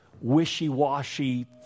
wishy-washy